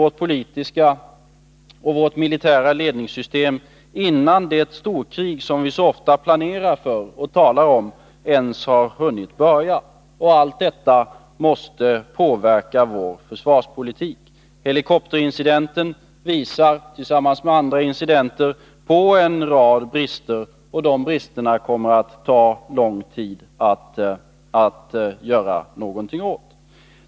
vårt politiska och vårt militära ledningssystem, innan det storkrig som vi så ofta planerar för och talar om ens har hunnit börja. Allt detta måste påverka vår försvarspolitik. Helikopterincidenten, tillsammans med andra incidenter, visar på en rad brister, och de bristerna kommer att ta lång tid att göra någonting åt.